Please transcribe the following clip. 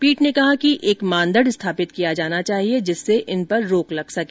पीठ ने कहा कि एक मानदंड स्थापित किया जाना चाहिए जिससे इन पर रोक लग सके